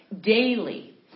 daily